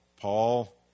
Paul